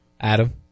Adam